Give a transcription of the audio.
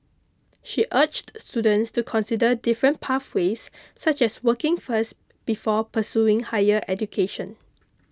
she urged students to consider different pathways such as working first before pursuing higher education